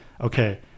okay